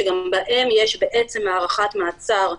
שגם בהם יש הארכת מעצר,